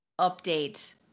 update